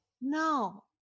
no